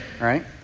right